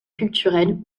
culturels